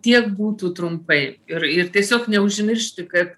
tiek būtų trumpai ir ir tiesiog neužmiršti ka